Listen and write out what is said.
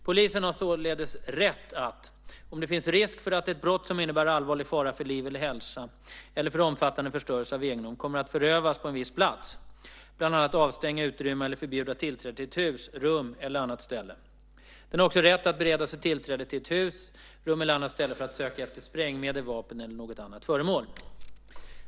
Polisen har således rätt att - om det finns risk för att ett brott som innebär allvarlig fara för liv eller hälsa eller för omfattande förstörelse av egendom kommer att förövas på en viss plats - bland annat avstänga, utrymma eller förbjuda tillträde till ett hus, rum eller annat ställe. Den har också rätt att bereda sig tillträde till ett hus, rum eller annat ställe för att söka efter sprängmedel, vapen eller något annat föremål.